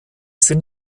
sind